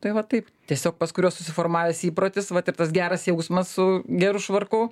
tai va taip tiesiog pas kurios susiformavęs įprotis vat ir tas geras jausmas su geru švarku